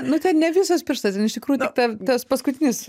nu ten ne visas pirštas ten iš tikrųjų tik ta tas paskutinis